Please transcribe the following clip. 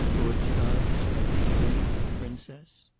lord skye, shall i take leave of the princess?